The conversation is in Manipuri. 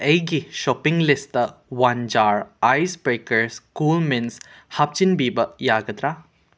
ꯑꯩꯒꯤ shopping list one jar ice breakers cool mints ꯍꯥꯞꯆꯤꯟꯕꯤꯕ ꯌꯥꯒꯗ꯭ꯔꯥ